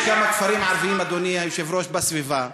יש כמה כפרים ערביים, אדוני היושב-ראש, בסביבה: